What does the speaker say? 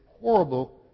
horrible